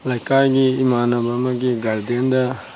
ꯂꯩꯀꯥꯏꯒꯤ ꯏꯃꯥꯟꯅꯕ ꯑꯃꯒꯤ ꯒꯥꯔꯗꯦꯟꯗ